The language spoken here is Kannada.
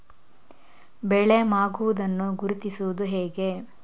ಬೆಳೆ ಮಾಗುವುದನ್ನು ಗುರುತಿಸುವುದು ಹೇಗೆ?